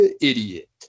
idiot